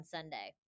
Sunday